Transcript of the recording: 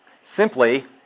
Simply